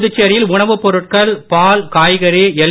புதுச்சேரியில் உணவுப் பொருட்கள் பால் காய்கறி எல்